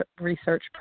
research